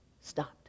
stopped